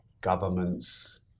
governments